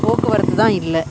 போக்குவரத்து தான் இல்லை